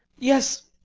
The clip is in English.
yes,